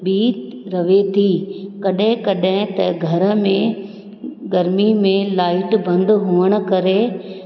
बि रहे थी कॾहिं कॾहिं त घर में गर्मी में लाईट बंदि हुअणु करे